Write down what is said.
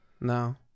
No